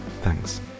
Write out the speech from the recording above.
Thanks